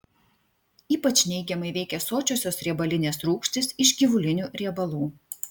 ypač neigiamai veikia sočiosios riebalinės rūgštys iš gyvulinių riebalų